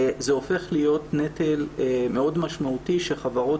זה הופך להיות נטל מאוד משמעותי שחברות